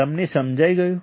તમને સમજાઈ ગયું